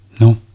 No